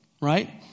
Right